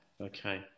Okay